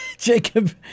Jacob